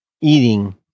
eating